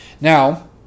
Now